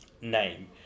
name